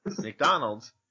McDonald's